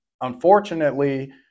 unfortunately